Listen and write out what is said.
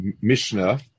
Mishnah